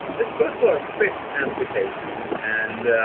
let's go to our fifth application and